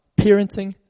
Parenting